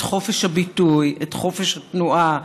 את חופש הביטוי, את חופש התנועה.